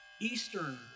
Eastern